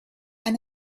and